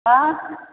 आय